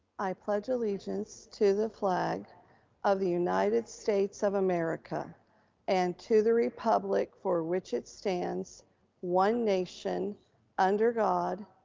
i pledge allegiance to the flag of the united states of america and to the republic for which it stands one nation under god,